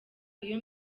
iyo